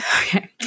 Okay